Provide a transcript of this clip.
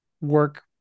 work